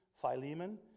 Philemon